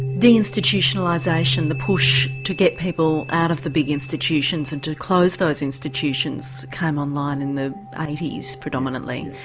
deinstitutionalisation, the push to get people out of the big institutions and to close those institutions came on line in the eighty s predominantly,